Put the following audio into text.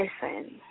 person